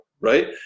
right